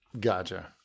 Gotcha